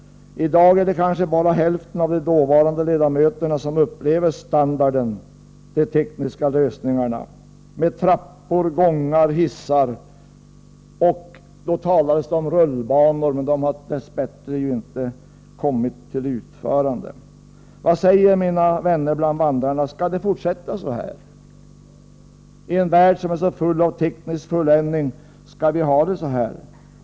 I dag är det kanske bara hälften av de dåvarande ledamöterna som upplever standarden — de tekniska lösningarna med trappor, gångar och hissar. Det talades också om rullbanor, men de har dess bättre inte kommit till utförande. Vad säger mina vänner bland vandrarna, i en värld som är så full av teknisk fulländning: Skall det fortsätta så här?